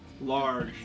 large